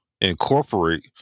incorporate